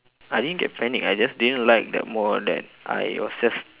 I didn't get panic I just didn't like the mall that I was just